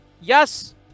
Yes